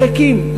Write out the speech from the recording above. ריקים.